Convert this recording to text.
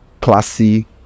classy